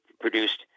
produced